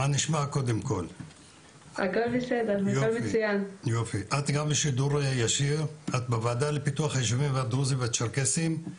את בשידור ישיר בוועדה לפיתוח היישובים הדרוזים והצ'רקסים.